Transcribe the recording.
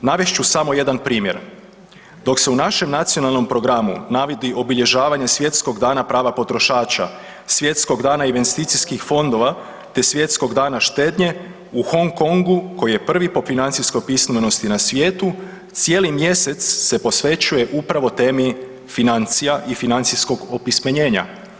Navest ću samo jedan primjer, dok se u našem nacionalnom programu navodi obilježavanje Svjetskog dana prava potrošača, Svjetskog dana investicijskih fondova te Svjetskog dana štednje u Hong Kongu koji je prvi po financijskoj pismenosti na svijetu cijeli mjesec se posvećuje upravo temi financija i financijskog opismenjenja.